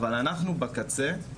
אבל אנחנו בקצה,